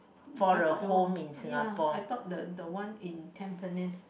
I thought ya I thought the the one in Tampines